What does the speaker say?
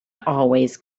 always